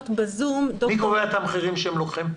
מי קובע את המחירים שהם גובים?